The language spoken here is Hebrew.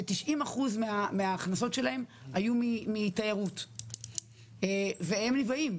ש-90% מההכנסות שלהן היו מתיירות והם נפגעים.